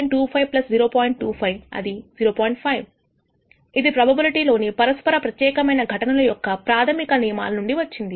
5 ఇది ప్రోబబిలిటీ లోని పరస్పర ప్రత్యేకమైన ఘటనల యొక్క ప్రాథమిక నియమాలు నుండి వచ్చినది